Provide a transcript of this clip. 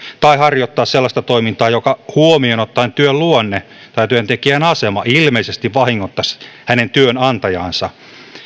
tai harjoittaa sellaista toimintaa joka huomioon ottaen työn luonne tai työntekijän asema ilmeisesti vahingoittaisi hänen työnantajaansa